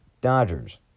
Dodgers